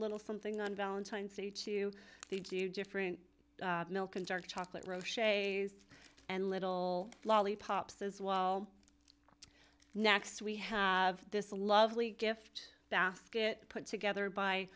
little something on valentine's day chew they do different milk and dark chocolate roe shay's and little lollipops as well next we have this lovely gift basket put together by